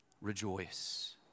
Rejoice